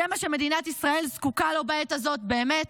זה מה שמדינת ישראל זקוקה לו בעת הזאת באמת?